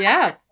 Yes